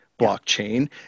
blockchain